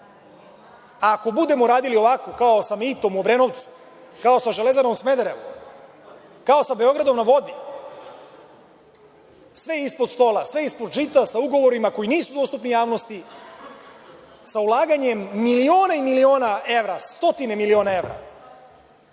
budemo radili ovako kao sa mitom u Obrenovcu, kao sa „Železarom Smederevo“, kao sa „Beogradom na vodi“, sve ispod stola, sve ispod žita, sa ugovorima koji nisu dostupni javnosti, sa ulaganjem miliona i miliona evra, stotine miliona evra,